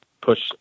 push